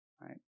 Right